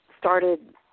started